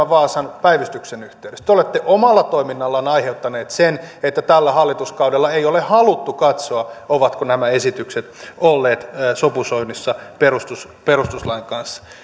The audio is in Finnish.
vaasan päivystyksen yhteydessä te olette omalla toiminnallanne aiheuttaneet sen että tällä hallituskaudella ei ole haluttu katsoa ovatko nämä esitykset olleet sopusoinnussa perustuslain kanssa